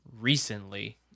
recently